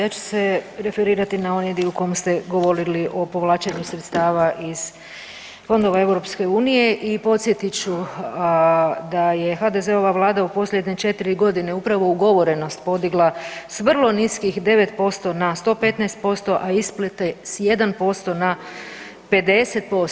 Ja ću se referirati na onaj dio u kom ste govorili o povlačenju sredstava iz fondova EU i podsjetit ću da je HDZ-ova vlada u posljednje četiri godine upravo ugovorenost podigla s vrlo niskih 9% na 115%, a isplate s 1% na 50%